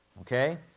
Okay